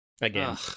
again